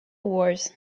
wars